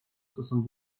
soixante